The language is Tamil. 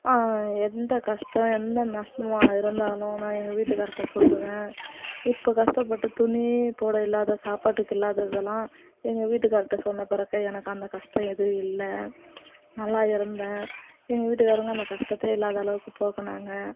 எந்த கஷ்டம் எந்த நஷ்டமாக இருந்தாலும் நான் எங்கள் வீட்டுக்கார்கிட்ட சொல்லுவேன் இப்போ கஷ்டப்பட்டு துணி போட இல்லாத சாப்பாட்டுக்கு இல்லாததெல்லாம் எங்கள் வீட்டுக்காருகிட்ட சொன்ன பிறகு எனக்கு அந்த கஷ்டம் எதும் இல்லை நல்லா இருந்தேன் எங்கள் வீட்டுக்காரவங்க அந்த கஷ்டத்த இல்லாத அளவுக்கு போக்கினாங்க